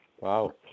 Wow